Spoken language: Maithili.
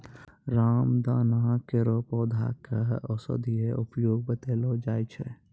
रामदाना केरो पौधा क औषधीय उपयोग बतैलो जाय छै